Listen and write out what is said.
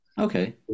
Okay